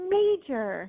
major